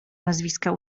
nazwiska